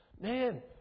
Man